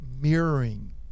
mirroring